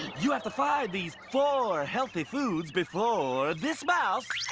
you have to find these four healthy foods before this mouse.